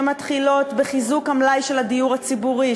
שמתחילים בחיזוק המלאי של הדיור הציבורי,